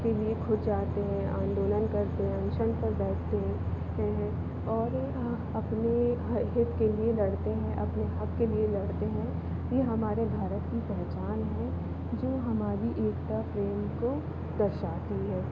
के लिए खुद जाते हैं आंदोलन करते हैं अनशन पर बैठते हैं और अपने हित के लिए लड़ते हैं अपने हक के लिए लड़ते हैं ये हमारे भारत की पहचान है जो हमारी एकता प्रेम को दर्शाती है